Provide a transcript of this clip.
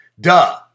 Duh